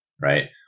right